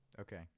Okay